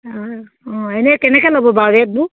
অঁ অঁ এনেই কেনেকৈ ল'ব বাৰু ৰেটবোৰ